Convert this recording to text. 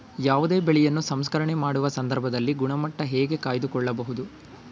ಯಾವುದೇ ಬೆಳೆಯನ್ನು ಸಂಸ್ಕರಣೆ ಮಾಡುವ ಸಂದರ್ಭದಲ್ಲಿ ಗುಣಮಟ್ಟ ಹೇಗೆ ಕಾಯ್ದು ಕೊಳ್ಳಬಹುದು?